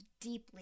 deeply